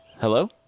Hello